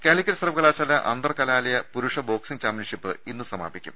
കാലിക്കറ്റ് സർവ്വകലാശാല അന്തർകലാലയ പുരുഷ ബോക്സിങ് ചാംപ്യൻഷിപ്പ് ഇന്ന് സമാപിക്കും